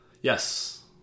yes